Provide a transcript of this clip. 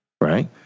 right